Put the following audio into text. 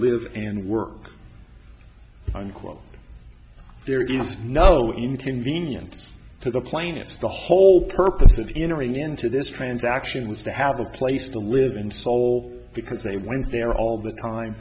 live and work on quote there is no inconvenience to the plaintiffs the whole purpose of entering into this transaction was to have a place to live in seoul because they went there all the time